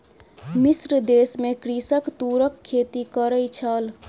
मिस्र देश में कृषक तूरक खेती करै छल